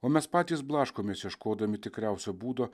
o mes patys blaškomės ieškodami tikriausio būdo